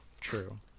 True